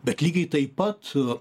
bet lygiai taip pat